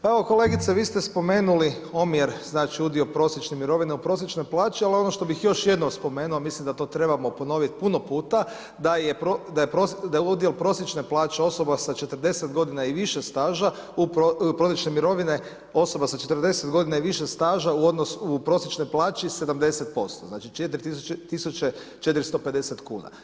Pa evo kolegice vi ste spomenuli omjer, znači udio prosječne mirovine u prosječnoj plaći, ali ono što bih još jednom spomenuo, a mislim da to trebamo ponovit puno puta da je udio prosječne plaće osoba sa 40 godina i više staža prosječne mirovine osoba sa 40 godina i više staža u prosječnoj plaći 70%, znači 4450 kuna.